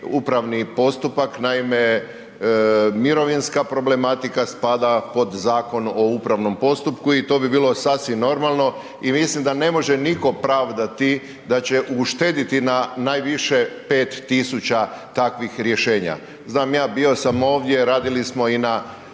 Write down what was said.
upravni postupak, naime, mirovinska problematika spada pod Zakon o upravom postupku i to bi bilo sasvim normalno i mislim da ne može nitko pravdati da će uštedjeti na najviše 5000 takvih rješenja. Znam ja, bio sam ovdje, radili smo i na